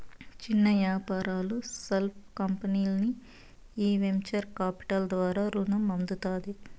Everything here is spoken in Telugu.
చిన్న యాపారాలు, స్పాల్ కంపెనీల్కి ఈ వెంచర్ కాపిటల్ ద్వారా రునం అందుతాది